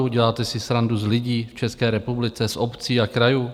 Děláte si srandu z lidí v České republice, z obcí a krajů?